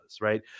right